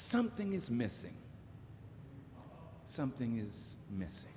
something is missing something is missing